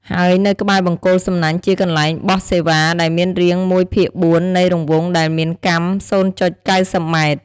ហើយនៅក្បែរបង្គោលសំណាញ់ជាកន្លែងបោះសេវាដែលមានរាង១ភាគ៤នៃ រង្វង់ដែលមានកាំ០.៩០ម៉ែត្រ ។